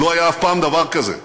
לא היה אף פעם דבר כזה בתולדותינו.